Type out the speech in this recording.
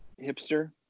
hipster